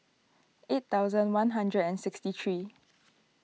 eight thousand one hundred and sixty three